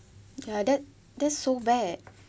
ya that that's so bad